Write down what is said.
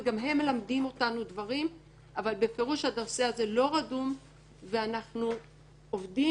וגם הם מלמדים אותנו דברים אבל בפירוש הנושא הזה לא רדום ואנחנו עובדים,